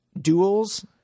duels